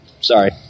Sorry